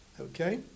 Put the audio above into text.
Okay